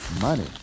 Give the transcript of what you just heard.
money